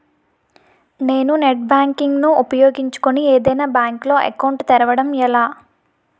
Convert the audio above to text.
నేను net banking ను ఉపయోగించుకుని ఏదైనా బ్యాంక్ లో అకౌంట్ తెరవడం ఎలా?